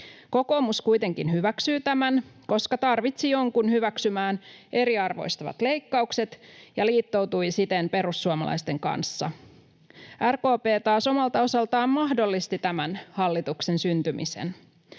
Kokoomus kuitenkin hyväksyy tämän, koska tarvitsi jonkun hyväksymään eriarvoistavat leikkaukset ja liittoutui siten perussuomalaisten kanssa. RKP taas omalta osaltaan mahdollisti tämän hallituksen syntymisen.